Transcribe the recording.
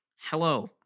Hello